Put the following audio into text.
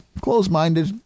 close-minded